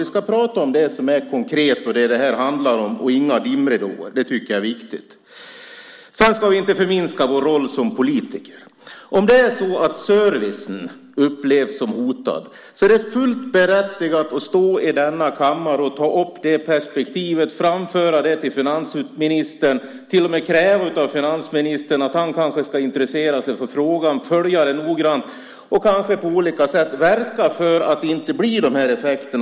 Vi ska prata om det som är konkret och vad det här handlar om - utan dimridåer. Det tycker jag är viktigt. Vi ska inte minska vår roll som politiker. Om servicen upplevs som hotad är det fullt berättigat att stå i denna kammare och ta upp det perspektivet, framföra det till finansministern och till och med kräva av finansministern att han kanske intresserar sig för frågan, följer den noga och kanske på olika sätt verkar för att det inte blir nämnda effekter.